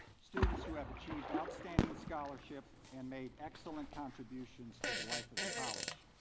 students who have achieved outstanding scholarship and made excellent contributions to the life of the college.